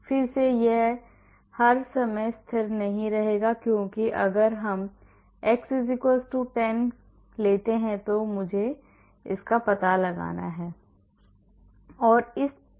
फिर से यह हर समय स्थिर नहीं रहेगा क्योंकि अगर हम x 10 पर लेते हैं तो मुझे पता लगाना है